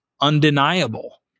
undeniable